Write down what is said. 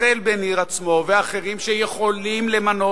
החל בניר עצמו ואחרים שיכולים למנות,